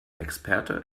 experte